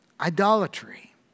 idolatry